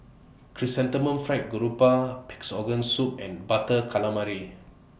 Chrysanthemum Fried Garoupa Pig'S Organ Soup and Butter Calamari